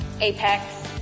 Apex